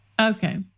Okay